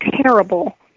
terrible